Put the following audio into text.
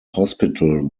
hospital